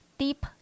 deep